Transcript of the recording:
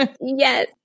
Yes